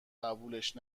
قبولش